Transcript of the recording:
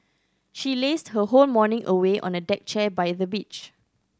she lazed her whole morning away on a deck chair by the beach